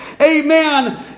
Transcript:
Amen